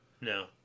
No